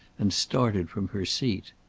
and started from her seat.